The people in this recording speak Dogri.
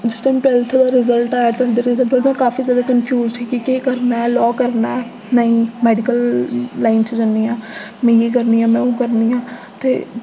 जिस दिन टवैल्थ दा रिजल्ट आया उस दिन में बड़ी जैदा कन्फ्यूज ही कि केह् करना ऐ लाह् करना ऐ नेईं मैडिकल लाईन च जन्नी आं में एह् करनी आं ओह् करनी आं ते